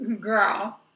Girl